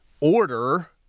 order